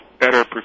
better